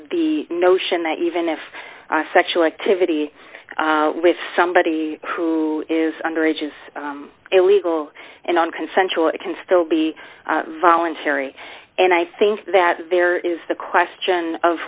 the notion that even if sexual activity with somebody who is underage is illegal and on consensual it can still be voluntary and i think that there is the question of